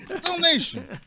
Donation